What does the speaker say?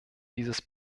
dieses